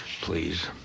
Please